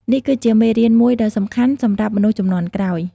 នេះគឺជាមេរៀនមួយដ៏សំខាន់សម្រាប់មនុស្សជំនាន់ក្រោយ។